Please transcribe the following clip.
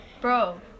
Bro